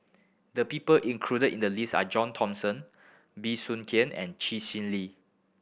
the people included in the list are John Thomson Bey Soon Khiang and Chee Lee